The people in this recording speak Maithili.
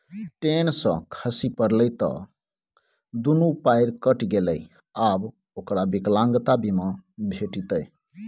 टेन सँ खसि पड़लै त दुनू पयर कटि गेलै आब ओकरा विकलांगता बीमा भेटितै